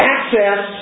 Access